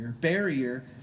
barrier –